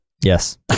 yes